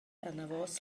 anavos